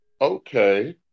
okay